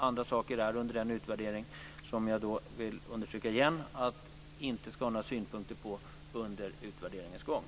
Andra saker är under utvärdering, och jag vill igen understryka att vi inte ska ha några synpunkter på den under utvärderingens gång.